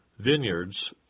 vineyards